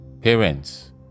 Parents